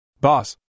Boss